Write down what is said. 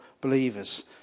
believers